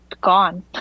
gone